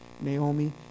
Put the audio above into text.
Naomi